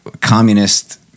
communist